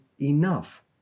enough